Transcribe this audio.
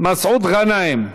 מסעוד גנאים,